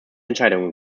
entscheidungen